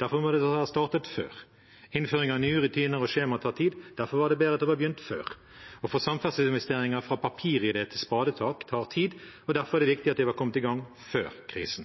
derfor må dette ha startet før. Innføring av nye rutiner og skjemaer tar tid, derfor var det bedre at det var påbegynt før. Å få samferdselsinvesteringer fra papiridé til spadetak tar tid, derfor er det viktig at de var kommet i gang før krisen.